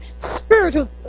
spiritual